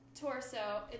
torso